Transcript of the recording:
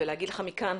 ואני אומרת לך מכאן,